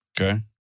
Okay